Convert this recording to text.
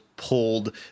pulled